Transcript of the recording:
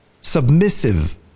submissive